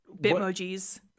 Bitmojis